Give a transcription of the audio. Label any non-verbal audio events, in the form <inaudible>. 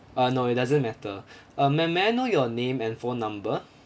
uh no it doesn't matter <breath> uh ma'am may I know your name and phone number